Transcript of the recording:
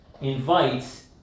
invites